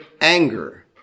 anger